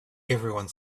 everyone